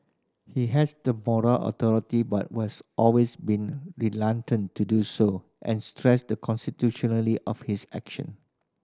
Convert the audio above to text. he has the moral authority but was always been reluctant to do so and stressed the constitutionality of his actions